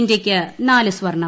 ഇന്ത്യയ്ക്ക് നാല് സ്വർണ്ണം